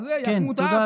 ירימו את האף,